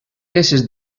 peces